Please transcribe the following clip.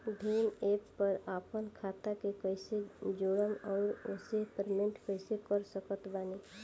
Bhim app पर आपन खाता के कईसे जोड़म आउर ओसे पेमेंट कईसे कर सकत बानी?